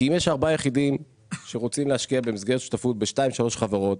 כי אם יש ארבעה יחידים שרוצים להשקיע במסגרת שותפות בשתיים שלוש חברות,